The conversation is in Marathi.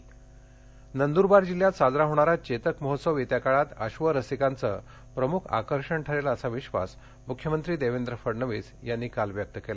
सारंगखेडा नंदरबार नद्रबार जिल्ह्यात साजरा होणारा चेतक महोत्सव येत्या काळात अश्व रसिकांचं प्रमुख आकर्षण ठरेल असा विश्वास मुख्यमंत्री देर्वेद्र फडणवीस यांनी काल व्यक्त केला